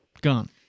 Gone